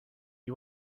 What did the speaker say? you